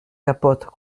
capotes